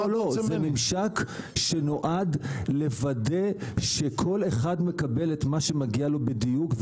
זה ממשק שנועד לוודא שכל אחד מקבל את מה שמגיע לו בדיוק,